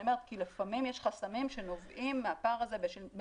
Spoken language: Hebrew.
כי לפעמים יש חסמים שנובעים מהפער הזה בין